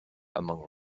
among